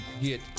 get